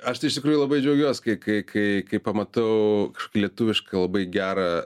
aš tai iš tikrųjų labai džiaugiuos kai kai kai kai pamatau kažkokį lietuvišką labai gerą